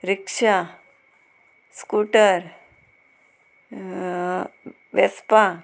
rickshaw scooter Vespa